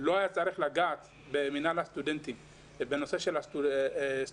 לא היה צריך לגעת במנהל הסטודנטים בנושא הסטודנטים